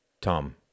Tom